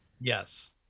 Yes